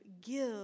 give